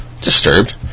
Disturbed